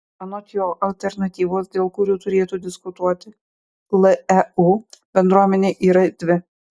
anot jo alternatyvos dėl kurių turėtų diskutuoti leu bendruomenė yra dvi